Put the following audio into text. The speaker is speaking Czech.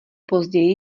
později